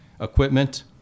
equipment